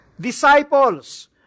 disciples